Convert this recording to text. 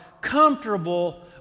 comfortable